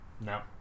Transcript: No